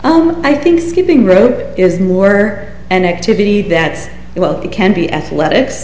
which i think skipping rope is more an activity that well it can be athletics